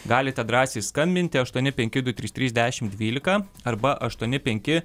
galite drąsiai skambinti aštuoni penki du trys trys dešimt dvylika arba aštuoni penki